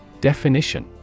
Definition